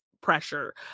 pressure